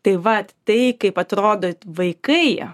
tai vat tai kaip atrodo vaikai